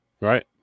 Right